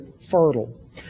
fertile